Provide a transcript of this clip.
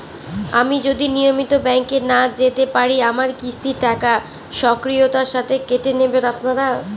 আমি যদি নিয়মিত ব্যংকে না যেতে পারি আমার কিস্তির টাকা স্বকীয়তার সাথে কেটে নেবেন আপনারা?